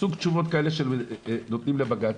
סוג תשובות כאלה שנותנים לבג"צ,